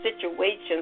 situations